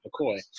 McCoy